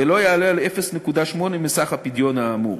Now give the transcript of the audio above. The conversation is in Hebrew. ולא יעלה על 0.8% מסך הפדיון האמור.